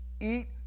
Eat